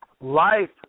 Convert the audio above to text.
Life